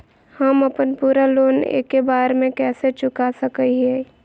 हम अपन पूरा लोन एके बार में कैसे चुका सकई हियई?